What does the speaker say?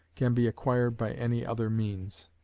can be acquired by any other means.